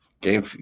game